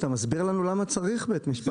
אתה מסביר לנו למה צריך בית משפט.